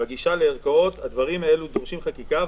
בגישה לערכאות, הדברים האלה דורשים חקיקה.